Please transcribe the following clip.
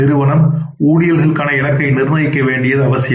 நிறுவனம்ஊழியர்களுக்கான இலக்கை நிர்ணயிக்க வேண்டியது அவசியம்